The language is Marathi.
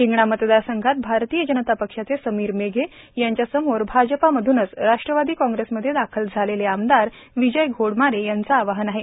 हिंगणा मतदारसंघात भारतीय जनता पक्षाचे समीर मेघे यांच्यासमोर भाजपामधूनच राष्ट्रवादी काँग्रेसमध्ये दाखल झालेले आमदार विजय घोडमारे यांचं आवाहन आहे